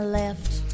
left